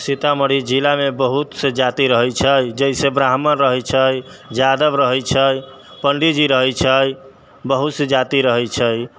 सीतामढ़ी जिलामे बहुत से जाति रहै छै जइसे ब्राह्मण रहै छै जादव रहै छै पण्डीजी रहै छै बहुत से जाति रहै छै